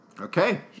Okay